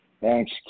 Thanks